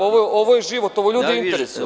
Ovo je život, ovo ljude interesuje.